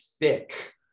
thick